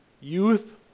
Youth